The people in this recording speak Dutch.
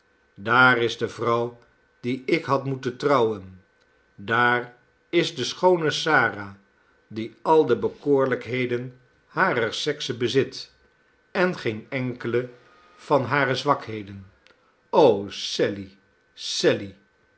daar is de vrouw die ik had moeten trouwen daar is de schoone sara die al de bekoorlijkheden harer sekse bezit en geen enkele van hare zwakheden sally sally